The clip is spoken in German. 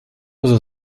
also